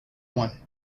one